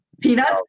peanuts